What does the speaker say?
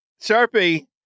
Sharpie